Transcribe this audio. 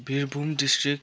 Birbhum district